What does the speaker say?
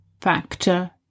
factor